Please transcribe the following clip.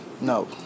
No